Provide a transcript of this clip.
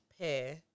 pair